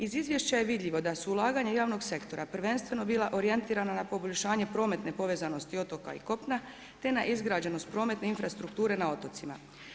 Iz izvješća je vidljivo da su ulaganja javnog sektora prvenstveno bila orijentirana na poboljšanje prometne povezanosti otoka i kopna, te na izgrađenost prometne infrastrukture na otocima.